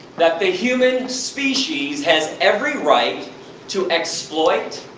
that the human species has every right to exploit,